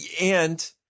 And-